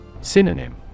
Synonym